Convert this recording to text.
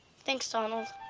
thanks, donald.